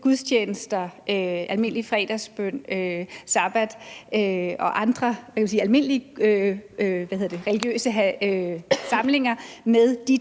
gudstjenester, almindelig fredagsbøn, sabbat og andre almindelige religiøse samlinger, med de